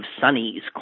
Sonny's